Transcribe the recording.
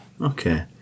Okay